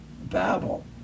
Babel